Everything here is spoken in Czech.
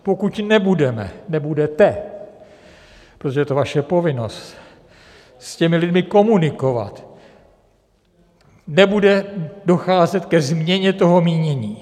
Pokud nebudeme, nebudete, protože to je vaše povinnost s těmi lidmi komunikovat, nebude docházet ke změně toho mínění.